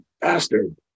bastard